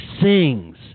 sings